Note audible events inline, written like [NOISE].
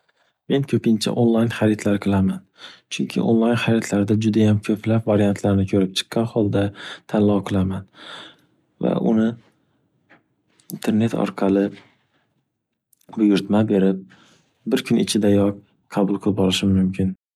Men ko’pincha onlayn haridlar qilaman. Chunki onlayn haridlarda judayam ko’plab variantlarni ko’rib chiqqan holda tanlov qilaman. Va uni internet orqali [HESITATION] buyurtma berib, bir kun ichidayoq qabul qilib olishim mumkin.